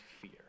fear